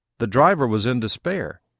the driver was in despair,